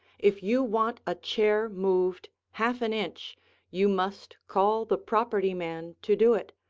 if you want a chair moved half an inch you must call the property man to do it,